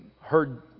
heard